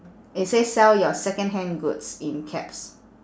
it says sell your secondhand goods in caps